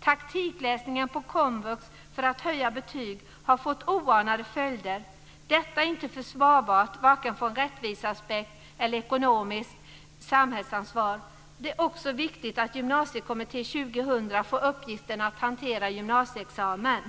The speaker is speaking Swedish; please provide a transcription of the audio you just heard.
Taktikläsningen på komvux för att man ska höja sina betyg har fått oanade följder. Detta är inte försvarbart vare sig ur rättviseaspekt eller när det gäller ekonomiskt samhällsansvar. Det är också viktigt att Gymnasiekommitté 2000 får uppgiften att hantera gymnasieexamen.